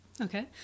Okay